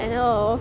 I know